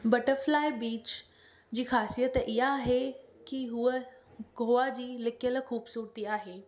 butterfly बीच जी ख़ासियत इहा आहे की हूअ गोवा जी लिकियलु ख़ूबसूरती आहे